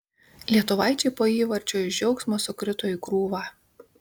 lietuvaičiai po įvarčio iš džiaugsmo sukrito į krūvą